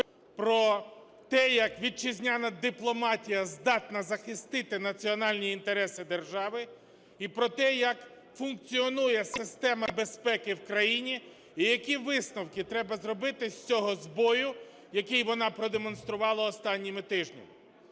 про те, як вітчизняна дипломатія здатна захистити національні інтереси держави і про те, як функціонує система безпеки в країні, і які висновки треба зробити з цього збою, який вона продемонструвала останніми тижнями.